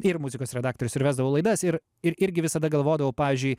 ir muzikos redaktorius ir vesdavau laidas ir ir irgi visada galvodavau pavyzdžiui